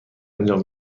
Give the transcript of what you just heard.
انجام